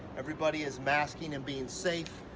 everybody is masking and being safe.